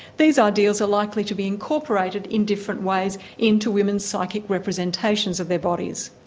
these ideals are likely to be incorporated in different ways into women's psychic representations of their bodies.